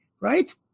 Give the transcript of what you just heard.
right